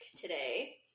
today